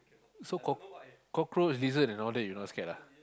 so cock~ cockroach lizard and all that you not scared ah